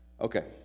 Okay